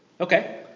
Okay